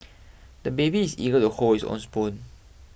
the baby is eager to hold his own spoon